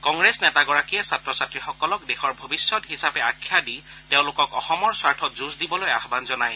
কংগ্ৰেছ নেতাগৰাকীয়ে ছাত্ৰ ছাত্ৰীসকলক দেশৰ ভৱিষ্যত হিচাপে আখ্যা দি তেওঁলোকক অসমৰ স্বাৰ্থত যুঁজ দিবলৈ আহান জনায়